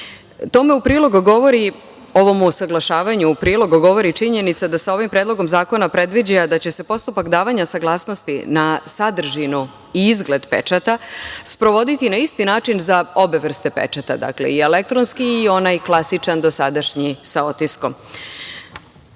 u prilog govori, ovom usaglašavanju u prilog govori činjenica da se ovim predlogom zakona predviđa da će se postupak davanja saglasnosti na sadržinu i izgled pečata sprovoditi na isti način za obe vrste pečata, dakle i elektronski i onaj klasičan dosadašnji sa